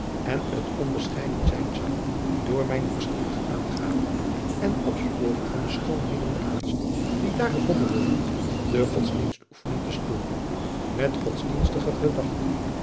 en het onbescheiden zijn zou door mijn adriaan loosjes pzn het leven van maurits lijnslager nieuwsgierig aangapen en opsporen van de schoonheden der kunst die daar gevonden worden de godsdienstoefening te storen met godsdienstige gedachten